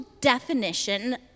definition